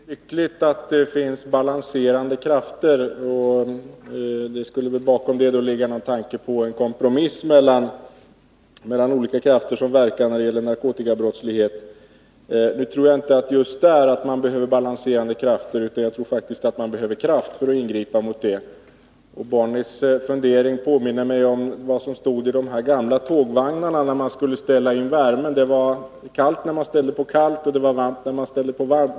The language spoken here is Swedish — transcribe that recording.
Herr talman! Bonnie Bernström sade att det är lyckligt att det finns balanserande krafter, och det skulle väl bakom det ligga en tanke på kompromiss mellan olika krafter som verkar när det gäller narkotikabrottsligheten. Nu tror jag inte att man just där behöver balanserande krafter, utan jag tror faktiskt att man behöver kraft för att ingripa. Bonnie Bernströms funderingar påminner mig om vad som i de gamla tågvagnarna stod om hur man skulle ställa in värmen. Det var kallt när man ställde visaren på Kallt och det var varmt när man ställde den på Varmt.